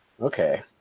okay